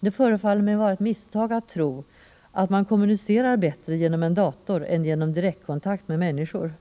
Det förefaller mig vara ett misstag att tro att man kommunicerar bättre genom en dator än genom direktkontakt med människor.